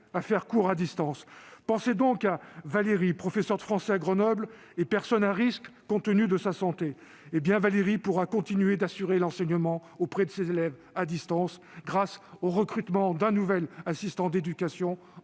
de faire cours à distance. Pensez donc à Valérie, professeure de français à Grenoble et personne à risque compte tenu de sa santé. Elle pourra continuer d'assurer l'enseignement de ses élèves à distance, grâce au recrutement d'un nouvel assistant d'éducation